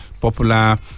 popular